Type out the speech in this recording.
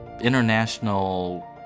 international